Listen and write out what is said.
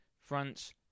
France